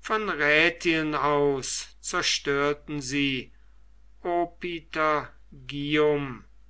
von rätien aus zerstörten sie opitergium